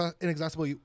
inexhaustible